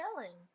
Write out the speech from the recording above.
selling